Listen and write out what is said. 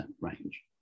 range